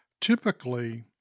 Typically